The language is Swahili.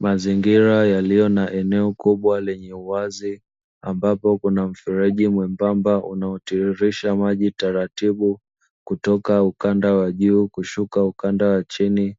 Mazingira yaliyo na eneo kubwa lenye uwazi ambapo kuna mfereji mwembamba unaotiririsha maji taratibu, kutoka ukanda wa juu kushuka ukanda wa chini